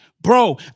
bro